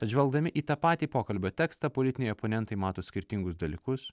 atsižvelgdami į tą patį pokalbio tekstą politiniai oponentai mato skirtingus dalykus